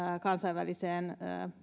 kansainväliseen